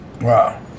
Wow